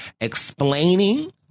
explaining